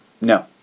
No